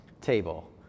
table